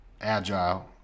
agile